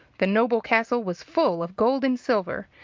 the noble castle was full of gold and silver,